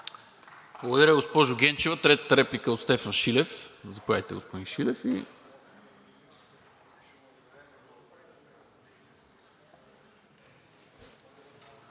Благодаря, госпожо Генчева. Третата реплика е от Стефан Шилев